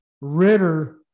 Ritter